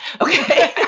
Okay